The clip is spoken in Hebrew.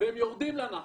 והם יורדים לנחל.